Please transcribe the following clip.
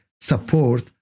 support